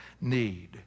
need